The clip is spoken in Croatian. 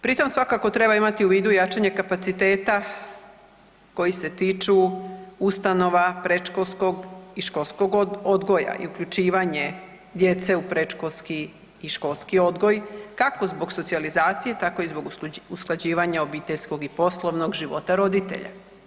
Pri tom svakako treba imati u vidu jačanje kapaciteta koji se tiču ustanova predškolskog i školskog odgoja i uključivanje djece u predškolski i školski odgoj kako zbog socijalizacije tako i zbog usklađivanja obiteljskog i poslovnog života roditelja.